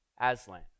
Aslan